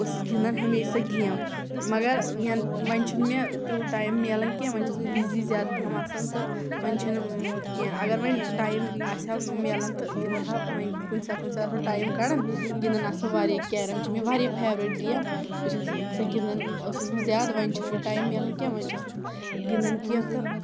بہٕ ٲسٕس گِنٛدان ہمیشہِ سۄ گیم مگر یَنہٕ وۄنۍ چھِنہٕ مےٚ تیوٗت ٹایِم مِلان کینٛہہ وَنہِ چھس بہٕ بِزی زیادٕ پَہَم آسان تہٕ وَنہِ چھِنہٕ کینٛہہ اگر وۄنۍ ٹایِم آسہِ ہا مِلان تہٕ گِنٛدٕ ہا وۄنۍ کُنہِ ساتہٕ کُنہِ ساتہٕ آسو ٹایِم کڑان گِنٛدان آسو واریاہ کیٚرَم چھِ مےٚ واریاہ فیورِٹ گیم بہٕ چھس سۄ گِنٛدان ٲسٕس بہٕ زیادٕ وۄنۍ چھِنہٕ مےٚ ٹایِم مِلان کینٛہہ وۄنۍ چھس نہٕ بہٕ گِنٛدان کینٛہہ تہٕ